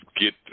get